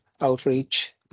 outreach